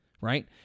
right